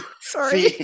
Sorry